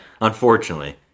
unfortunately